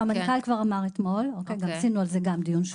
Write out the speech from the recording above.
שהמנכ"ל כבר אמר אתמול עשינו על זה גם דיון,